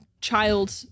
child